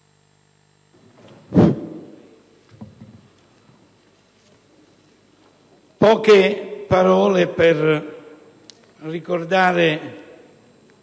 poche parole per ricordare